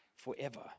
forever